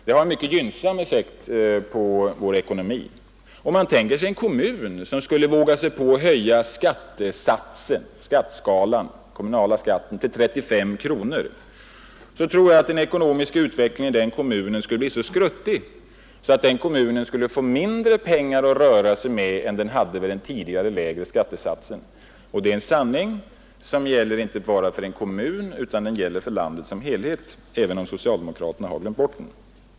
Det har en mycket gynnsam effekt på vår ekonomi. Om man tänker sig att en kommun skulle våga sig på att höja skalan för den kommunala skatten till 35 kronor, tror jag att den ekonomiska utvecklingen i denna kommun skulle bli så skruttig, att den skulle få mindre pengar att röra sig med än den hade med en lägre skattesats. Det är en sanning som gäller inte bara för en kommun utan den gäller för landet som helhet, även om socialdemokraterna har glömt bort den.